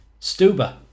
Stuba